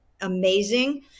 amazing